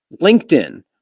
LinkedIn